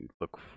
look